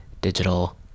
digital